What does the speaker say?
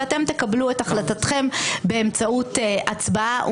ואתם תקבלו את החלטתכם באמצעות הצבעה,